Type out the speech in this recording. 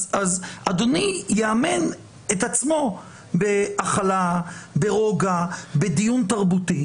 אדוני יאמן את עצמו בהכלה, ברוגע, בדיון תרבותי.